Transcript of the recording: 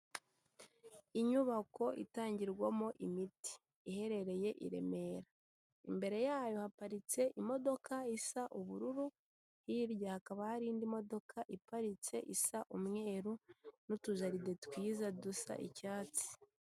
Inyubako itangirwamo imiti, iherereye i Remera, imbere yayo haparitse imodoka isa ubururu, hirya hakaba hari indi modoka iparitse isa umweru n'utujaride twiza, dusa icyatsi.